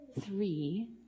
three